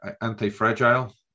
Anti-Fragile